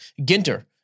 Ginter